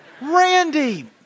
Randy